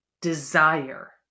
desire